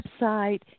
website